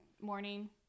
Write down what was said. morning